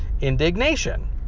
indignation